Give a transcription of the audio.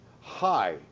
hi